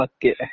Okay